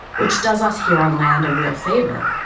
which does us here on land a real favour,